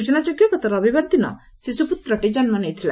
ସୂଚନାଯୋଗ୍ୟ ଯେ ଗତ ରବିବାର ଦିନ ଶିଶ୍ୱପୁତ୍ରଟି ଜନ୍ନ ନେଇଥିଲା